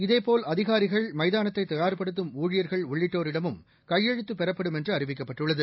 இதேபோல் அதினரிகள் மைதானத்தை தயார்படுத்தும் ஊழியர்கள் உள்ளிட்டோரிடமும் கையெழுத்து பெறப்படும் என்று அறிவிக்கப்பட்டுள்ளது